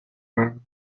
burn